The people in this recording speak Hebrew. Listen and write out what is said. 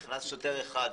נכנס שוטר אחד,